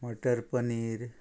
मटर paneer